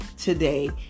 today